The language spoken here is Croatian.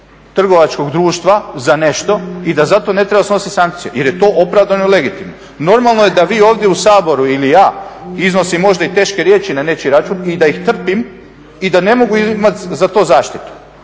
trgovačkog društva za nešto i da za to ne treba snositi sankcije jer je to opravdano i legitimno. Normalno je da vi ovdje u Saboru ili ja iznosi možda i teške riječi na nečiji račun i da ih trpim i da ne mogu imati za to zaštitu.